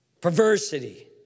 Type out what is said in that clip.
perversity